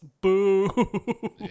Boo